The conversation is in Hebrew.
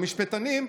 למשפטנים,